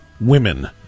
women